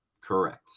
Correct